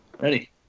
ready